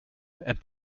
and